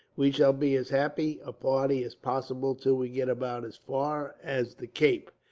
we shall be as happy a party as possible till we get about as far as the cape.